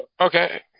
okay